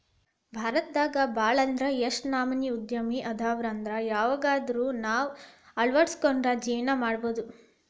ಭಾರತದಾಗ ಭಾಳ್ ಅಂದ್ರ ಯೆಷ್ಟ್ ನಮನಿ ಉದ್ಯಮ ಅದಾವಂದ್ರ ಯವ್ದ್ರೊಳಗ್ವಂದಾದ್ರು ನಾವ್ ಅಳ್ವಡ್ಸ್ಕೊಂಡು ಜೇವ್ನಾ ಮಾಡ್ಬೊದು